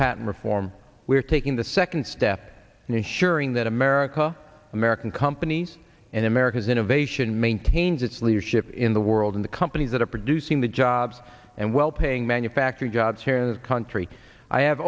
patent reform we're taking the second step and ensuring that america american companies and america's innovation maintains its leadership in the world in the companies that are producing the jobs and well paying manufacturing jobs here in this country i have